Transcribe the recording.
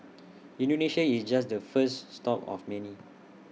Indonesia is just the first stop of many